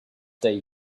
day